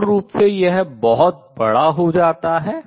मूल रूप से यह बहुत बड़ा हो जाता है